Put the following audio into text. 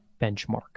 benchmark